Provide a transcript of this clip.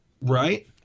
Right